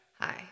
Hi